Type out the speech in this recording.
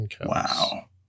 wow